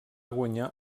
guanyar